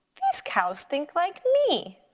these cows think like me,